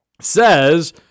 says